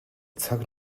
цаг